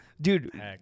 Dude